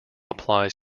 applies